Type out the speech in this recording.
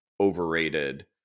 overrated